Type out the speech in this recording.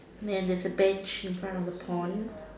then there's a bench in front of the pond